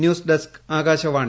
news desk Akashvani